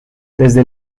desde